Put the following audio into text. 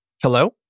Hello